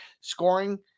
scoring